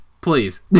please